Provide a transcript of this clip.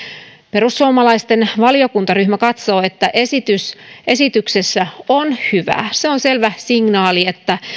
perussuomalaisten valiokuntaryhmä katsoo että esityksessä on hyvää se on selvä signaali että